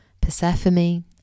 Persephone